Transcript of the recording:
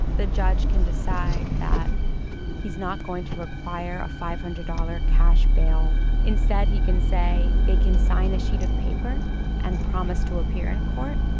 the judge can decide that he's not going to require a five hundred dollar cash bail. instead he can say they can sign a sheet of paper and promise to appear in court.